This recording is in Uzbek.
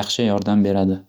yaxshi yordam beradi.